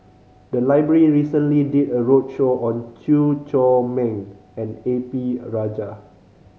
the library recently did a roadshow on Chew Chor Meng and A P Rajah